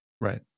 Right